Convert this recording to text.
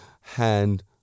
Hand